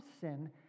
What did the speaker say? sin